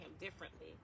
differently